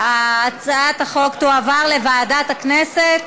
הצעת החוק תועבר לוועדת הכנסת,